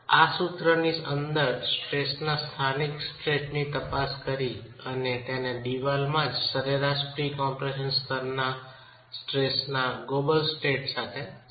આ સૂત્રની અંદર સ્ટ્રેસના સ્થાનિક સ્ટેટ ની તપાસ કરી અને તેને દિવાલમાં જ સરેરાશ પ્રી કમ્પ્રેશન સ્તરના સ્ટ્રેસના ગ્લોબલ સ્ટેટ સાથે સંબંધિત કરવાનો છે